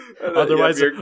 Otherwise